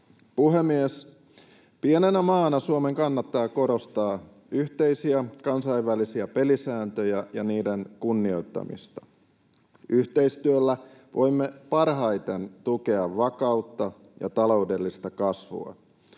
Pienenä maana Suomen kannattaa korostaa yhteisiä kansainvälisiä pelisääntöjä ja niiden kunnioittamista. Yhteistyöllä voimme parhaiten tukea vakautta ja taloudellista kasvua.